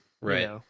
Right